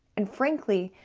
and frankly,